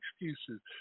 excuses